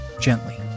gently